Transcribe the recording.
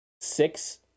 six